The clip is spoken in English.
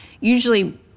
usually